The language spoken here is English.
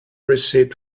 receipt